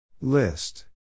List